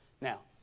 Now